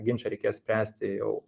ginčą reikės spręsti jau